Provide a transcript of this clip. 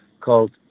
called